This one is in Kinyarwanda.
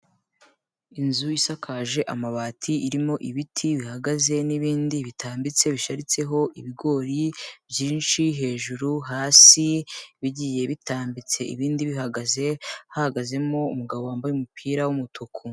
Inzu isakaje amabati, irimo ibiti bihagaze n'ibindi bitambitse bisharitseho ibigori byinshi, hejuru, hasi, bigiye bitambitse ibindi bihagaze, hahagazemo umugabo wambaye umupira w'umutuku.